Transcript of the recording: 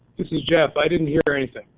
this is jeff, i didn't hear anything.